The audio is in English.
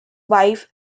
wife